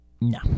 No